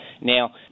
Now